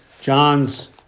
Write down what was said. John's